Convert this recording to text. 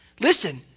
Listen